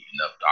enough